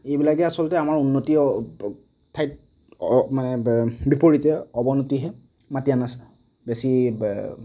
এইবিলাকে আচলতে আমাৰ উন্নতি ঠাইত মানে বিপৰীতে অৱনতিহে মাতি আনিছে বেছি